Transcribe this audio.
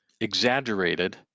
exaggerated